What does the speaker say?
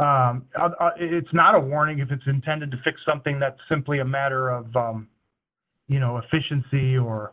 it's not a warning if it's intended to fix something that's simply a matter of you know efficiency or